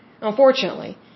unfortunately